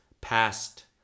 past